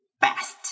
best